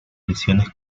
lesiones